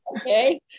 okay